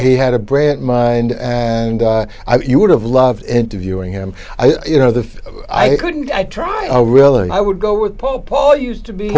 he had a brilliant mind and you would have loved interviewing him you know that i couldn't i try i really i would go with pope paul used to be